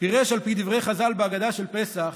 פירש על פי דברי חז"ל בהגדה של פסח